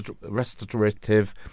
restorative